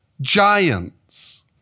Giants